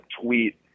tweet